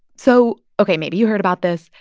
so ok, maybe you heard about this.